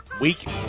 Week